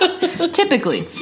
typically